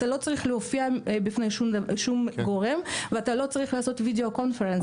אתה לא צריך להופיע בפני שום גורם ואתה לא צריך לעשות video conference,